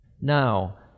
Now